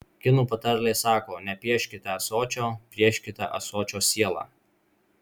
kinų patarlė sako nepieškite ąsočio pieškite ąsočio sielą